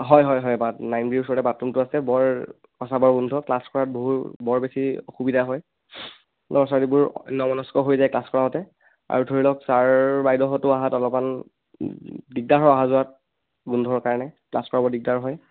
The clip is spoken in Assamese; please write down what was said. হয় হয় হয় বা নাইন বিৰ ওচৰতে বাথৰুমটো আছে বৰ পাচাবৰ গোন্ধ ক্লাছ কৰাত বহু বৰ বেছি অসুবিধা হয় ল'ৰা ছোৱালীবোৰ অন্যমনস্ক হৈ যায় ক্লাছ কৰাওঁতে আৰু ধৰি লওক ছাৰ বাইদেউহঁতো অহাত অলপমান দিগদাৰ হয় অহা যোৱাত গোন্ধৰ কাৰণে ক্লাছ কৰাব দিগদাৰ হয়